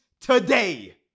today